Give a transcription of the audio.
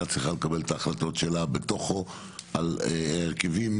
צריכה לקבל את ההחלטות שלה בתוכה על ההרכבים.